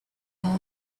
have